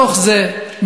בתוך זה,